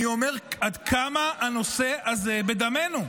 אני אומר עד כמה הנושא הזה בדמנו.